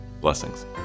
Blessings